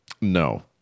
No